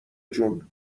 جون